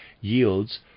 yields